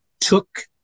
took